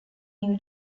new